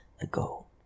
ago